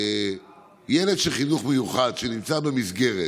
ילד של חינוך מיוחד שנמצא במסגרת